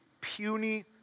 puny